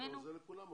אבל זה לכולם מגיע.